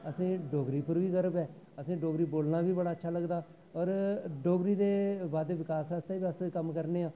असें गी डोगरी उप्पर बी गौह् ऐ असें ई डोगरी बोलना बी बड़ा अच्छा लगदा और डोगरी दे बाद्धे बकास आस्तै बी अस कम्म करने आं